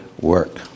work